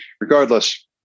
regardless